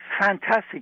Fantastic